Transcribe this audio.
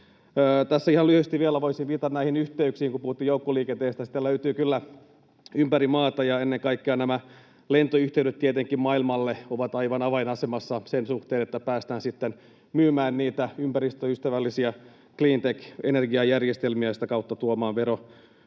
Tässä ihan lyhyesti vielä voisin viitata näihin yhteyksiin, kun puhuttiin joukkoliikenteestä. Sitä löytyy kyllä ympäri maata, ja ennen kaikkea tietenkin nämä lentoyhteydet maailmalle ovat aivan avainasemassa sen suhteen, että päästään sitten myymään niitä ympäristöystävällisiä cleantech- ja energiajärjestelmiä ja sitä kautta tuomaan